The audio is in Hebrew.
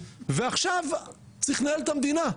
ועכשיו צריך לנהל את המדינה,